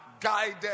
guided